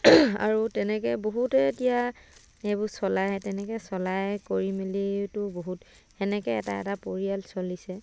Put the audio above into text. আৰু তেনেকৈ বহুতে এতিয়া এইবোৰ চলায়ে তেনেকৈ চলাই কৰি মেলিতো বহুত তেনেকৈ এটা এটা পৰিয়াল চলিছে